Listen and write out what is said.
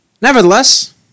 nevertheless